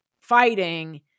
fighting